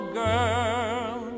girl